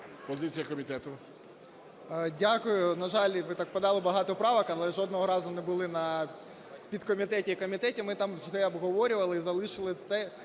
ЖЕЛЕЗНЯК Я.І. Дякую. На жаль, ви так подали багато правок, але жодного разу не були на підкомітеті і комітеті. Ми там все обговорювали і залишили те,